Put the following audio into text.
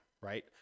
right